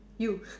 you